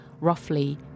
roughly